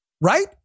right